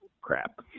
crap